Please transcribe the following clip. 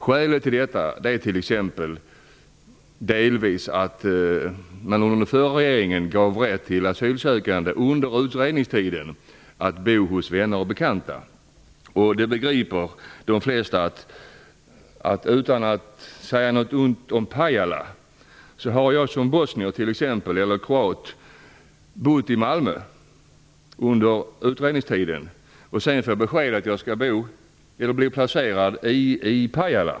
Skälet till att det är så här är t.ex. att de asylsökande, under den förra regeringens tid, fick rätt att under utredningstiden bo hos vänner och bekanta. Jag vill inte säga något ont om Pajala. Men man kan tänka sig en situation där t.ex. en bosnier eller en kroat som har bott i Malmö under utredningstiden får besked om att han eller hon sedan skall placeras i Pajala.